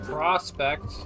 Prospect